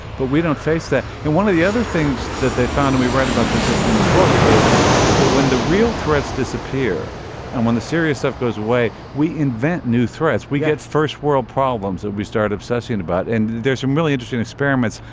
but we don't face that. and one of the other things that they've found and we write about this in the book is that when the real threats disappear and when the serious stuff goes away, we invent new threats. we had first world problems. so we start obsessing about and there's some really edison experiments,